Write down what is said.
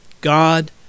God